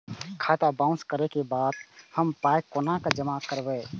खाता बाउंस करै के बाद हम पाय कोना जमा करबै?